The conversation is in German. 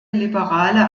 liberale